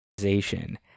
organization